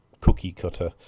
cookie-cutter